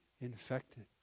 infected